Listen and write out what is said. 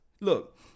Look